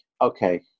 okay